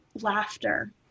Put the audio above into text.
laughter